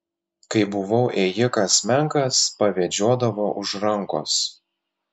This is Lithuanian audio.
kai buvau ėjikas menkas pavedžiodavo už rankos